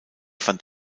fand